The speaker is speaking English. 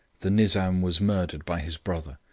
the nizam was murdered by his brother,